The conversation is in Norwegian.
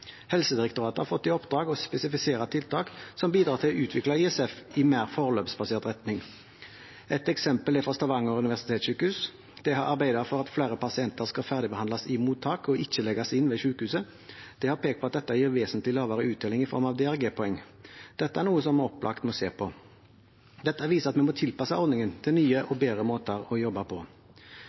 Helsedirektoratet har fått i oppdrag å spesifisere tiltak som bidrar til å utvikle ISF i mer forløpsbasert retning. Et eksempel er fra Stavanger universitetssjukehus. De har arbeidet for at flere pasienter skal ferdigbehandles i mottak, og ikke legges inn ved sykehuset. De har pekt på at dette gir vesentlig lavere uttelling i form av DRG-poeng. Dette er noe vi opplagt må se på. Dette viser at vi må tilpasse ordningen til nye og bedre måter å jobbe på.